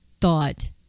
thought